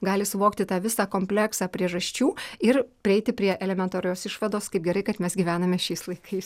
gali suvokti tą visą kompleksą priežasčių ir prieiti prie elementarios išvados kaip gerai kad mes gyvename šiais laikais